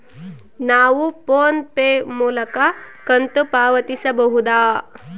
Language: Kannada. ನಾವು ಫೋನ್ ಪೇ ಮೂಲಕ ಕಂತು ಪಾವತಿಸಬಹುದಾ?